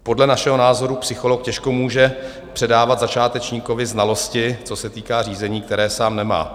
Podle našeho názoru psycholog těžko může předávat začátečníkovi znalosti, co se týká řízení, které sám nemá.